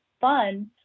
fun